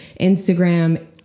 Instagram